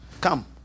come